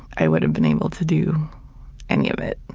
i would have been able to do any of it,